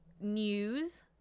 news